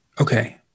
Okay